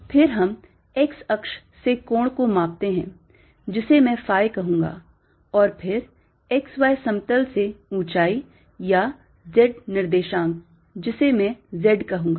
फिर हम x अक्ष से कोण को मापते हैं जिसे मैं phi कहूंगा और फिर xy समतल से ऊंचाई या z निर्देशांक जिसे मैं z कहूंगा